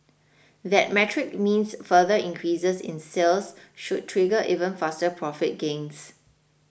that metric means further increases in sales should trigger even faster profit gains